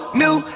new